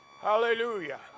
hallelujah